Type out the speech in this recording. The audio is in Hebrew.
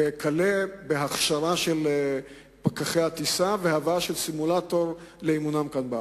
וכלה בהכשרת פקחי טיסה והבאת סימולטור לאימונם כאן בארץ.